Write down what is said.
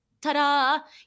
ta-da